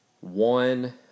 one